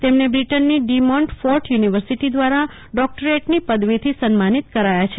તેમને બ્રિટનની De Montfort university દ્વારા ડોક્ટરેટની પદવીથી સન્માનિત કરાયા છે